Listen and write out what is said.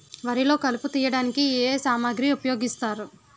వరిలో కలుపు తియ్యడానికి ఏ ఏ సామాగ్రి ఉపయోగిస్తారు?